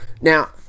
now